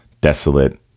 desolate